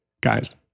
guys